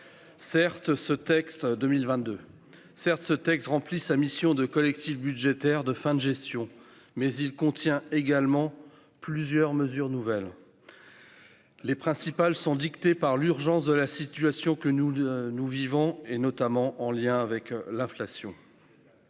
Certes, ce texte remplit sa mission de collectif budgétaire de fin de gestion, mais il contient également plusieurs mesures nouvelles. Les principales sont dictées par l'urgence de la situation que nous vivons et concernent l'inflation.